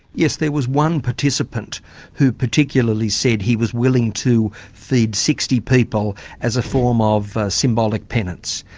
yes there was one participant who particularly said he was willing to feed sixty people as a form of symbolic penance.